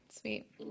Sweet